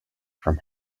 from